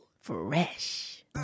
Fresh